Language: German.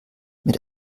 mit